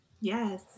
Yes